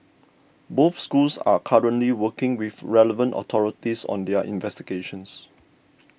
both schools are currently working with relevant authorities on their investigations